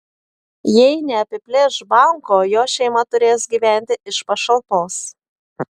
jei neapiplėš banko jo šeima turės gyventi iš pašalpos